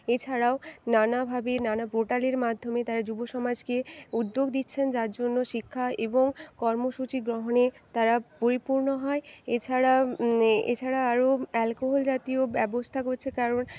এছাড়াও নানাভাবে নানা পোর্টালের মাধ্যমে তারা যুবসমাজকে উদ্যোগ দিচ্ছেন যার জন্য শিক্ষা এবং কর্মসূচি গ্রহণে তারা পরিপূর্ণ হয় এছাড়া এছাড়া আরও অ্যালকোহল জাতীয় ব্যবস্থা করছে কারণ